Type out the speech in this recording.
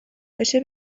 بشه